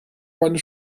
meine